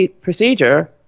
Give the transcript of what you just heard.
procedure